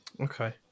Okay